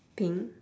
pink